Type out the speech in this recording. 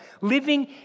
living